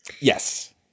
Yes